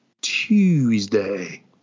Tuesday